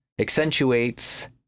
accentuates